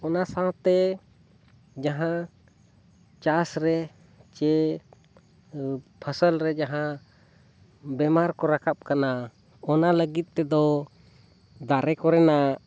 ᱚᱱᱟ ᱥᱟᱶᱛᱮ ᱡᱟᱦᱟᱸ ᱪᱟᱥ ᱨᱮ ᱥᱮ ᱯᱷᱚᱥᱚᱞ ᱨᱮ ᱡᱟᱦᱟᱸ ᱵᱮᱢᱟᱨ ᱠᱚ ᱨᱟᱠᱟᱵ ᱠᱟᱱᱟ ᱚᱱᱟ ᱞᱟᱹᱜᱤᱫ ᱛᱮᱫᱚ ᱫᱟᱨᱮ ᱠᱚᱨᱮᱱᱟᱜ